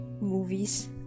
movies